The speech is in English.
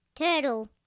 Turtle